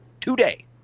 today